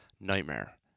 nightmare